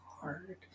hard